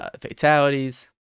Fatalities